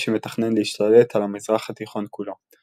שמתכנן להשתלט על המזרח התיכון כולו.